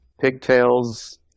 Pigtails